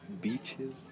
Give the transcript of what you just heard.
beaches